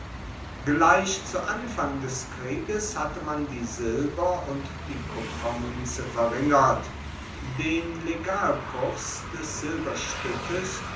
gleich zu anfang des krieges hatte man die silber und die kupfermuenze verringert den legalkurs des silberstueckes